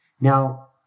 Now